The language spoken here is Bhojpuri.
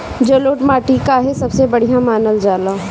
जलोड़ माटी काहे सबसे बढ़िया मानल जाला?